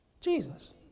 Jesus